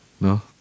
No